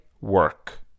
work